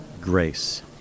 grace